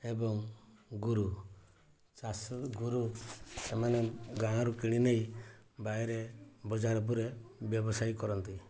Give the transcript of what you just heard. ଏବଂ ଗୋରୁ ଚାଷ ଗୋରୁ ଏମାନେ ଗାଁରୁ କିଣିନେଇ ବାଇରେ ବଜାର ଉପରେ ବ୍ୟବସାୟୀ କରନ୍ତି